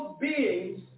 beings